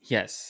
Yes